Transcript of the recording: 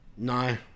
No